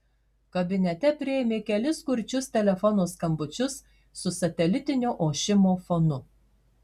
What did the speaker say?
kabinete priėmė kelis kurčius telefono skambučius su satelitinio ošimo fonu